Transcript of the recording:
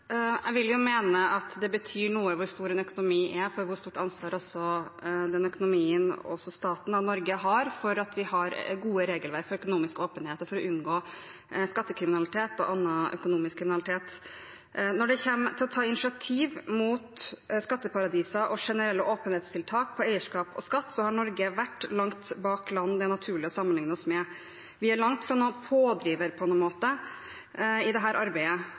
Jeg vil jo mene at det betyr noe hvor stor en økonomi er, for hvor stort ansvar den økonomien – også staten Norge – har for å ha gode regelverk for økonomisk åpenhet og for å unngå skattekriminalitet og annen økonomisk kriminalitet. Når det kommer til å ta initiativ mot skatteparadiser og generelle åpenhetstiltak på eierskap og skatt, har Norge vært langt bak land det er naturlig å sammenligne oss med. Vi er langt fra noen pådriver på noen måte i dette arbeidet.